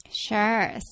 Sure